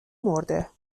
مرده